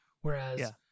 Whereas